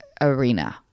arena